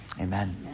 Amen